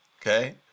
Okay